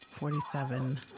Forty-seven